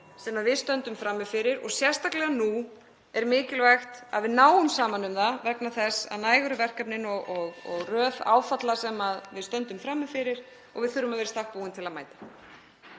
sem við stöndum frammi fyrir og sérstaklega nú er mikilvægt að við náum saman um það vegna þess að næg eru verkefnin og röð áfalla (Forseti hringir.) sem við stöndum frammi fyrir og við þurfum að vera í stakk búin til að mæta